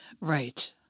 Right